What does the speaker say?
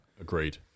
Agreed